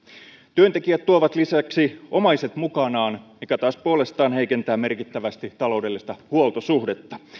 työntekijät tuovat lisäksi omaiset mukanaan mikä taas puolestaan heikentää merkittävästi taloudellista huoltosuhdetta